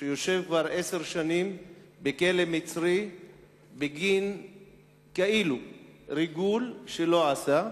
שיושב כבר עשר שנים בכלא מצרי בגין כאילו ריגול שלא עשה.